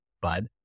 bud